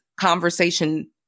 conversation